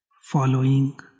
following